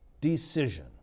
decision